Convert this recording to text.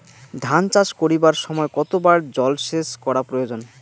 ধান চাষ করিবার সময় কতবার জলসেচ করা প্রয়োজন?